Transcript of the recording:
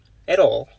at all